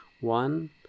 One